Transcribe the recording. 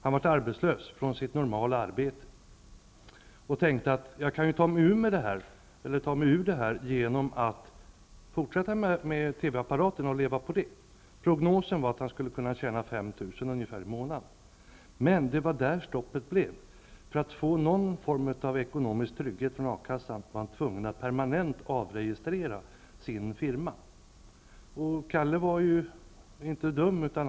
Han förlorade sitt ordinarie arbete och blev arbetslös. Han tänkte då att han skulle kunna ta sig ur det genom att fortsätta med TV-apparaterna och leva på det. Prognosen var att han skulle kunna tjäna 5 000 i månaden. Men där blev det stopp. För att få någon form av ekonomisk trygghet från A-kassan var han tvungen att permanent avregistera sin firma. Kalle var inte dum.